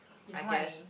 you know what I mean